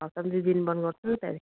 हप्तामा दुई दिन बन्द गर्छु त्यहाँदेखि